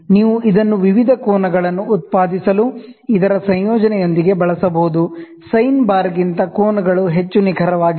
ನೀವು ಇದನ್ನು ವಿವಿಧ ಕೋನಗಳನ್ನು ಉತ್ಪಾದಿಸಲು ಇದರ ಸಂಯೋಜನೆಯೊಂದಿಗೆ ಬಳಸಬಹುದು ಸೈನ್ ಬಾರ್ಗಿಂತ ಕೋನಗಳು ಹೆಚ್ಚು ನಿಖರವಾಗಿವೆ